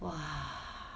!wah!